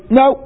no